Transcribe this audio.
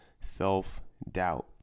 self-doubt